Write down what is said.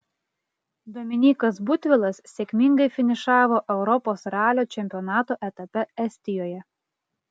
dominykas butvilas sėkmingai finišavo europos ralio čempionato etape estijoje